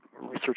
research